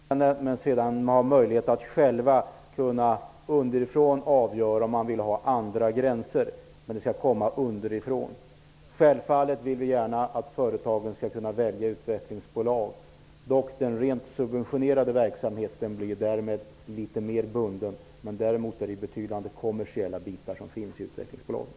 Herr talman! Mycket kort vill jag kommentera den fråga som direkt ställdes här. Jag avser att försöka låta utvecklingsbolagen jobba till att börja med i länet. Men sedan skall de själva, underifrån, kunna avgöra om man vill ha andra gränser. Det skall komma underifrån. Självfallet vill vi gärna att företagen skall kunna välja utvecklingsbolag. Den rent subventionerade verksamheten blir litet mer bunden, men det finns ju också betydande kommersiella bitar i utvecklingsbolagen.